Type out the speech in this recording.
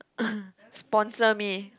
sponsor me